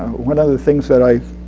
one of the things that i